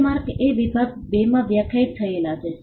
trademark એ વિભાગ 2 માં વ્યાખ્યાયિત થયેલ છે